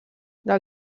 del